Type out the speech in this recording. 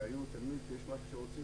ותמיד כשיש משהו שרוצים,